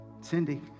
Cindy